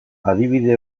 adibide